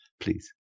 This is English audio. please